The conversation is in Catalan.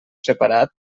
separat